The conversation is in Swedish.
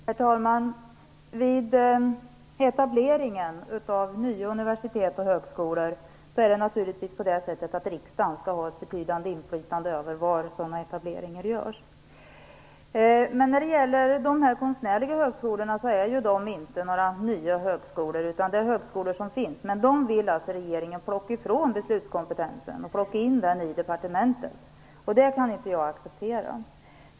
Herr talman! Vid etableringen av nya universitet och högskolor skall naturligtvis riksdagen ha ett betydande inflytande över var sådana etableringar skall göras. Men de konstnärliga högskolorna är inte nya. Det är högskolor som redan finns. Regeringen vill ta ifrån dessa högskolor beslutskompetensen och ge den till departementet. Det kan jag inte acceptera.